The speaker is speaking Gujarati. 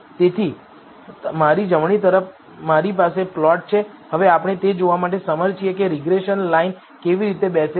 તેથી મારી જમણી તરફ મારી પાસે પ્લોટ છે હવે આપણે તે જોવા માટે સમર્થ છીએ કે રીગ્રેસન લાઈન કેવી રીતે બેસે છે